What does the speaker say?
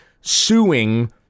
suing